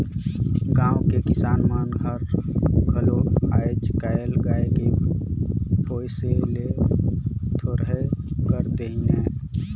गाँव के किसान मन हर घलो आयज कायल गाय के पोसई ल थोरहें कर देहिनहे